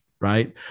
right